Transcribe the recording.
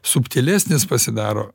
subtilesnis pasidaro